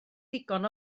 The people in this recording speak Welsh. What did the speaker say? ddigon